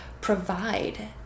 provide